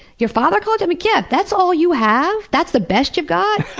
your father called i mean kid! that's all you have? that's the best you got?